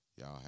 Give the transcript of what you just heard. Y'all